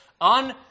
on